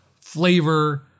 flavor